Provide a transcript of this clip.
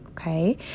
okay